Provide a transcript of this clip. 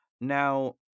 Now